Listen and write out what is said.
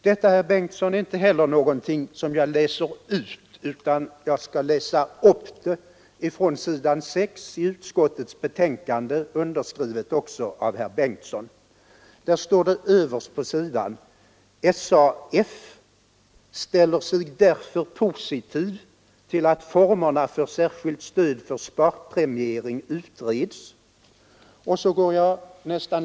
Detta, herr Bengtsson, är inte heller något som jag läser ut, utan jag skall läsa upp det från s. 6 i utskottets betänkande, underskrivet också av herr Bengtsson. Det står överst på sidan: SAF ”ställer sig därför positiv till att formerna för särskilt stöd för sparpremiering utreds”.